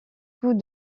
tous